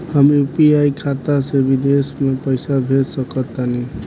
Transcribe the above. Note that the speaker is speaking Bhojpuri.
हम यू.पी.आई खाता से विदेश म पइसा भेज सक तानि?